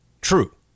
true